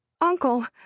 uncle